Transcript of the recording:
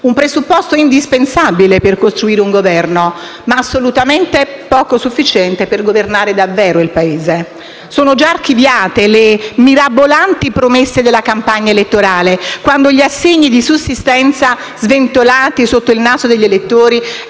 un presupposto indispensabile per costruire un Governo ma assolutamente poco sufficiente per governare davvero il Paese. Sono già archiviate le mirabolanti promesse della campagna elettorale, quando gli assegni di sussistenza sventolati sotto il naso degli elettori